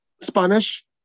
Spanish